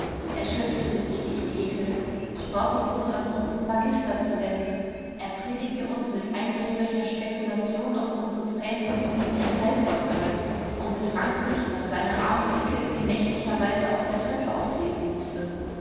er schüttelte sich wie im ekel ich brauche bloß an unseren magister zu denken er predigte uns mit eindringlicher spekulation auf unsere tränendrüsen enthaltsamkeit und betrank sich daß seine arme dicke ihn nächtlicherweile auf der treppe auflesen mußte